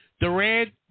Durant